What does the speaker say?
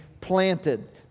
planted